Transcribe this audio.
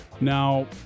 Now